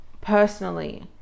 Personally